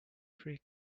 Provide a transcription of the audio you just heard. three